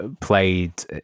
played